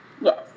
Yes